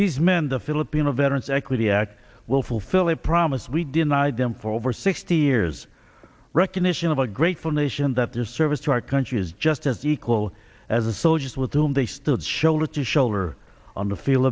these men the filipino veterans equity act will fulfill a promise we denied them for over sixty years recognition of a grateful nation that their service to our country is just as equal as the soldiers with whom they stood shoulder to shoulder on the fiel